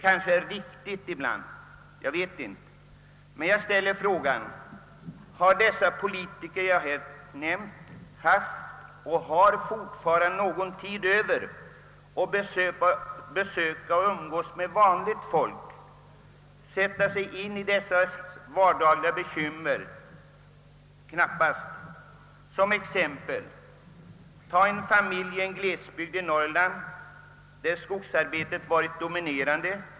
Kanske är det riktigt ibland, men jag ställer frå gan: Har dessa politiker haft och har de fortfarande någon tid över för att besöka och umgås med vanliga människor och sätta sig in i deras vardagliga bekymmer? Knappast. Låt mig som exempel ta en familj i en glesbygd i Norrland, där skogsarbetet varit dominerande.